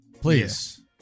Please